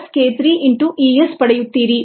k1 E S k2 ES k3 ES